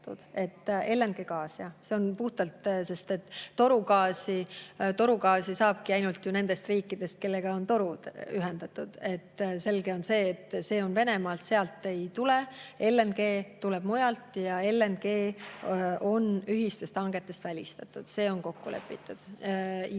LNG-gaas jah, sest torugaasi saabki ju ainult nendest riikidest, kellega on torud ühendatud. Selge on see, et see on Venemaalt ja sealt seda ei tule. LNG tuleb mujalt ja [Vene] LNG on ühistest hangetest välistatud. See on kokku lepitud.